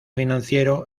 financiero